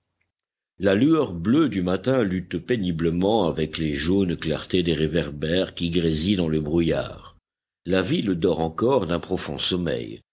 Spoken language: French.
la lueur bleue du matin lutte péniblement avec les jaunes clartés des réverbères qui grésillent dans le brouillard la ville dort encore d'un profond sommeil